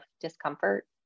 discomfort